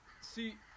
See